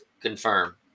confirm